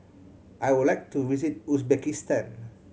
I would like to visit Uzbekistan